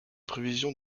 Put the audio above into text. prévision